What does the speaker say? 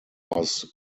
was